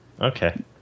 Okay